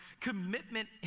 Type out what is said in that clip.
commitment